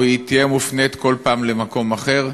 או: היא תהיה מופנית כל פעם למקום אחר.